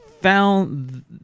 found